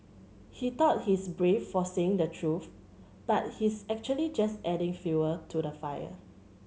he thought he's brave for saying the truth but he's actually just adding fuel to the fire